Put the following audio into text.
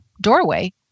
doorway